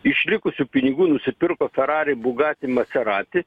iš likusių pinigų nusipirko ferari bugati maserati